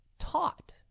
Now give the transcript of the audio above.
taught